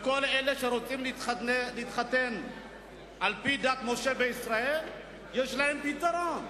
לכל אלה שרוצים להתחתן על-פי דת משה וישראל יש פתרון.